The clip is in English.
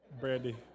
Brandy